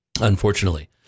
Unfortunately